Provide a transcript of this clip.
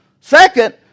Second